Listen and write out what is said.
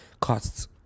costs